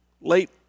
late